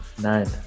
Nine